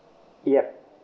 yup